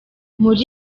muri